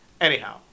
Anyhow